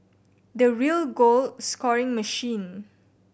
the real goal scoring machine